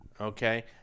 Okay